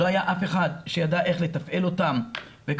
לא היה אף אחד שידע איך לתפעל אותם וכמובן